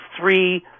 three